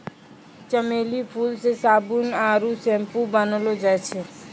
चमेली फूल से साबुन आरु सैम्पू बनैलो जाय छै